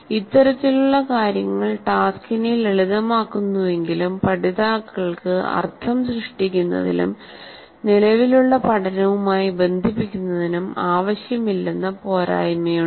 ഇത്തരത്തിലുള്ള കാര്യങ്ങൾ ടാസ്ക്കിനെ ലളിതമാക്കുന്നുവെങ്കിലും പഠിതാക്കൾക്ക് അർത്ഥം സൃഷ്ടിക്കുന്നതിനും നിലവിലുള്ള പഠനവുമായി ബന്ധിപ്പിക്കുന്നതിനും ആവശ്യമില്ലെന്ന പോരായ്മയുണ്ട്